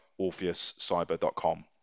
orpheuscyber.com